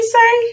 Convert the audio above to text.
say